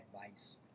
advice